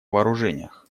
вооружениях